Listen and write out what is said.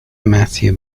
matthew